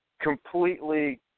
completely